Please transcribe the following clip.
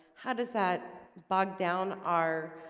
how does that bog down our?